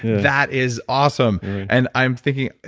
that is awesome and i'm thinking,